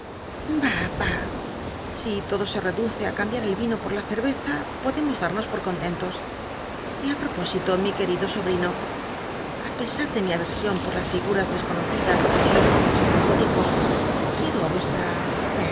si lodo se red uce á cambiar el vino por la cei'i'cza podemos darnos poi contentos y i propósito mi quel'ido sobrino ii pesar de mi aversion poi las figuras desconocidas y los nombres estrambóticos quiero i vuestm